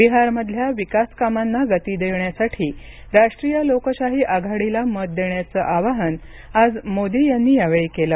बिहारमधल्या विकासकामांना गती देण्यासाठी राष्ट्रीय लोकशाही आघाडीला मत देण्याचं आवाहन आज मोदी यांनी यावेळी केलं